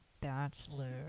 Bachelor